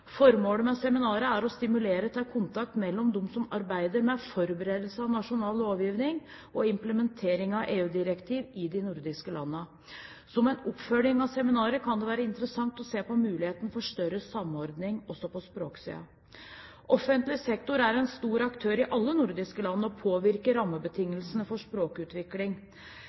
Formålet med seminaret er å stimulere til kontakt mellom de som arbeider med forberedelse av nasjonal lovgivning og implementering av EU-direktiv i de nordiske landene. Som en oppfølging av seminaret kan det være interessant å se på mulighetene for større samordning også på språksiden. Offentlig sektor er en stor aktør i alle nordiske land og påvirker rammebetingelsene for språkutvikling.